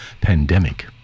pandemic